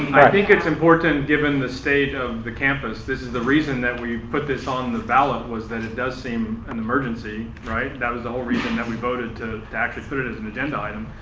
i think it's important given the state of the campus, this is the reason that we put this on the ballot was that it does seem an emergency, right? that was the whole reason that we voted to to actually put it as an agenda item,